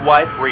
Wife